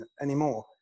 anymore